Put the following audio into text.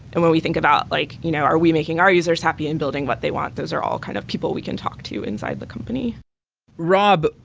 and when we think about like you know are we making our users happy in building what they want? those are all kind of people we can talk to inside the company rob,